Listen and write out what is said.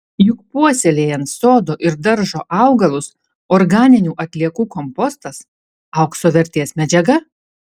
juk puoselėjant sodo ir daržo augalus organinių atliekų kompostas aukso vertės medžiaga